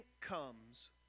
comes